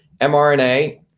mRNA